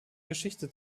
geschichte